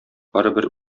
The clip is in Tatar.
барыбер